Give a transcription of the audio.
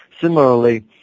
Similarly